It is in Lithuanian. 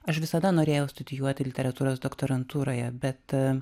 aš visada norėjau studijuoti literatūros doktorantūroje bet